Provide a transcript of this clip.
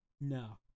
No